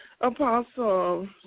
Apostle